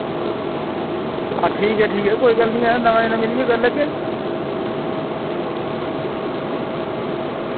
हां ठीक ऐ ठीक ऐ कोई गल्ल निं अस दमैं जने मिलियै करी लैगे